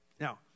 Now